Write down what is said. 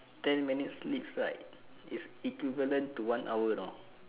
ten minutes sleeps right is equivalent to one hour know